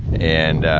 and,